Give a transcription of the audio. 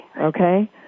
Okay